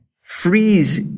freeze